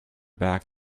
back